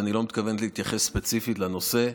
ואני לא מתכוון להתייחס ספציפית לנושא.